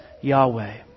Yahweh